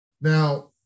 now